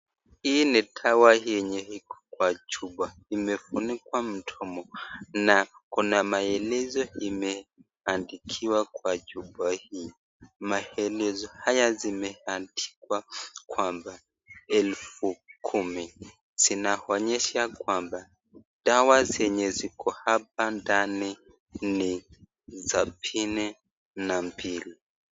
Dawa yenye iko kwa chupa imefunikwa mdomo na kuna maelezo imeandikiwa kwa chupa hii kwamba elfu kumi zinaonyesha kwamba dawa zenye ziko hapa ndani ni sabini na mbili